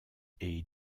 est